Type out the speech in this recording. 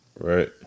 Right